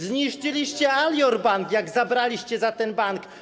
Zniszczyliście Alior Bank, jak zabraliście się za ten bank.